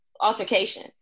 altercation